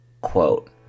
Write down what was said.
Quote